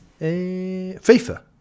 FIFA